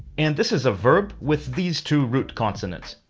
and this is a verb with these two root consonants,